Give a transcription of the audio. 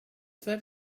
that